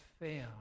fail